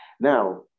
Now